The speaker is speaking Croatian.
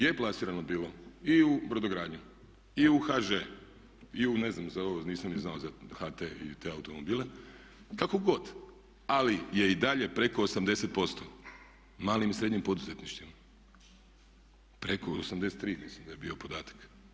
Je plasirano bilo i u brodogradnju, i u HŽ, i u ne znam, nisam ni znao za HT i te automobile, kako god, ali je i dalje preko 80% malim i srednjim poduzetništvima, preko 83 mislim da je bio podatak.